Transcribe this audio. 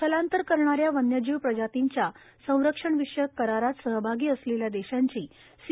स्थलांतर करणाऱ्या वन्यजीव प्रजातींच्या संरक्षण विषयक करारात सहभागी असलब्ध्या दश्वांची सी